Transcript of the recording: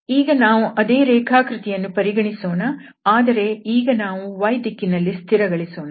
ಈಗ ನಾವು ಅದೇ ರೇಖಾಕೃತಿಯನ್ನು ಪರಿಗಣಿಸೋಣ ಆದರೆ ಈಗ ನಾವು y ದಿಕ್ಕಿನಲ್ಲಿ ಸ್ಥಿರಗೊಳಿಸೋಣ